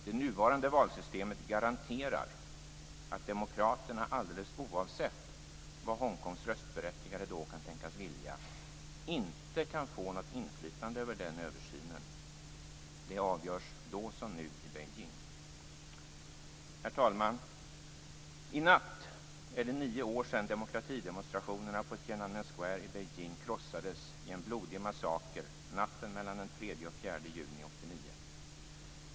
Det nuvarande valsystemet garanterar att demokraterna, alldeles oavsett vad Hongkongs röstberättigade då kan tänkas vilja, inte kan få något inflytande över den översynen. Det avgörs då som nu i Beijing. Herr talman! I natt är det nio år sedan demokratidemonstrationerna på Tienanmen Square i Beijing krossades i en blodig massaker natten mellan den 3 och den 4 juni 1989.